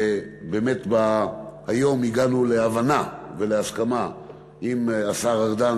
ובאמת היום הגענו להבנה ולהסכמה עם השר ארדן,